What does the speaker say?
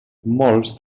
molts